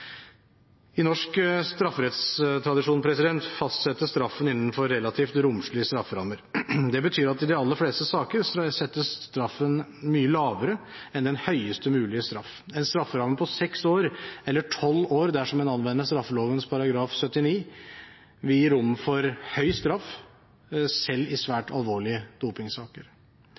I norsk strafferettstradisjon fastsettes straffen innenfor relativt romslige strafferammer. Det betyr at i de aller fleste saker settes straffen mye lavere enn den høyest mulige straff. En strafferamme på seks år – eller tolv år, dersom en anvender straffeloven § 79 – vil gi rom for høy straff selv i svært alvorlige dopingsaker.